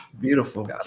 Beautiful